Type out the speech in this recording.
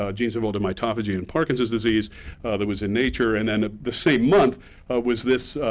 ah genes involved in mitophagy and parkinson's disease that was in nature, and then ah the same month was this